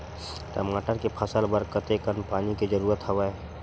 टमाटर के फसल बर कतेकन पानी के जरूरत हवय?